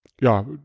ja